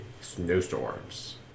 snowstorms